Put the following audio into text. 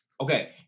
Okay